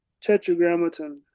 tetragrammaton